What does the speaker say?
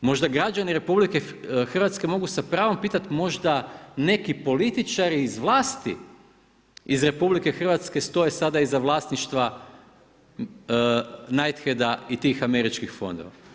Možda građani RH mogu sa pravom pitati možda neki političari iz vlasti iz RH stoje sada iza vlasništva Knight Heada i tih američkih fondova.